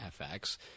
FX